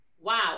Wow